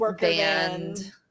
band